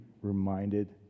reminded